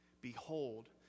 Behold